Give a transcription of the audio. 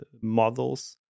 models